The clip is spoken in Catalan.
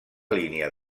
línia